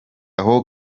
aho